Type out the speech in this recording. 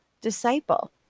disciple